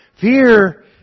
Fear